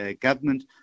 government